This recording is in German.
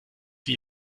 die